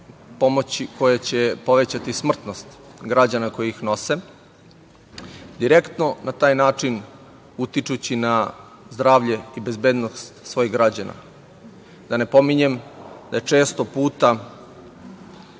koje će povećati smrtnost građana koji ih nose, direktno na taj način utičući na zdravlje i bezbednost svojih građana. Da ne pominjem da je često puta